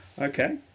okay